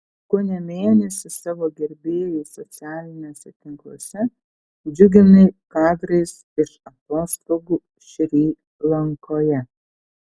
kone mėnesį savo gerbėjus socialiniuose tinkluose džiuginai kadrais iš atostogų šri lankoje